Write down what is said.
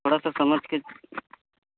थोड़ा सा समझ कर